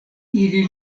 ili